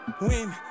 Win